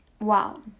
Wow